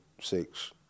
six